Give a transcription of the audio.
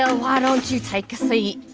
ah why don't you take a seat,